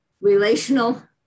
relational